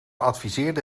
adviseerde